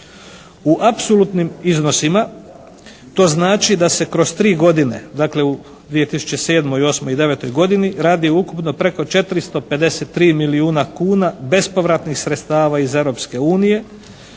U apsolutnim iznosima to znači da se kroz 3 godine, dakle u 2007., 2008. i 2009. godini radi ukupno preko 453 milijuna kuna bespovratnih sredstava iz Europske unije